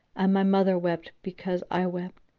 and my mother wept because i wept,